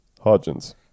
Hodgins